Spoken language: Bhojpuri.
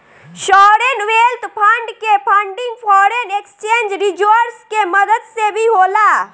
सॉवरेन वेल्थ फंड के फंडिंग फॉरेन एक्सचेंज रिजर्व्स के मदद से भी होला